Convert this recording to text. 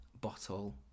bottle